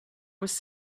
was